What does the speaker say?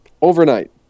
Overnight